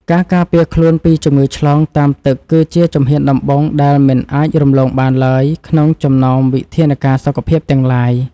ការការពារខ្លួនពីជំងឺឆ្លងតាមទឹកគឺជាជំហានដំបូងដែលមិនអាចរំលងបានឡើយក្នុងចំណោមវិធានការសុខភាពទាំងឡាយ។